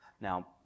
Now